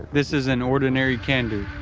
this is an ordinary kanduk.